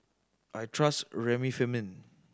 I trust Remifemin